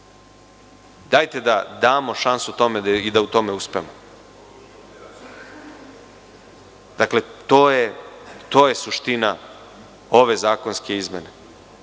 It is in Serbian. Dajte, da damo šansu tome i da u tome uspemo. To je suština ove zakonske izmene.A